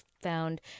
found